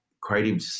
creative